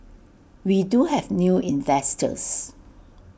we do have new investors